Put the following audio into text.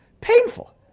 Painful